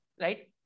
right